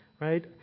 Right